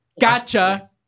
Gotcha